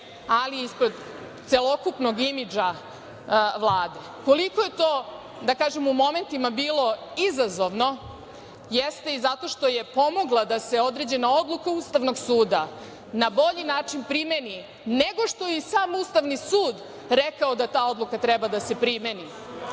ali i ispred celokupnog imidža Vlade. Koliko je to, da kažem, u momentima bilo izazovno jeste i zato što je pomogla da se određena odluka Ustavnog suda na bolji način primeni nego što je i sam Ustavni sud rekao da ta odluka treba da se primeni.